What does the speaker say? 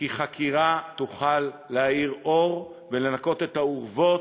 כי חקירה תוכל להאיר, אור, ולנקות את האורוות.